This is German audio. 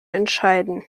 entscheiden